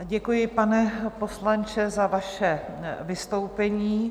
Děkuji, pane poslanče, za vaše vystoupení.